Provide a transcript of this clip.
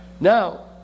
Now